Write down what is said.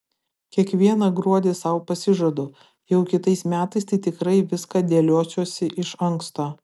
kiekvieną gruodį sau pasižadu jau kitais metais tai tikrai viską dėliosiuosi iš anksto